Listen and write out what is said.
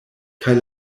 kaj